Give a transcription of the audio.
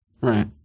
Right